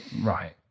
right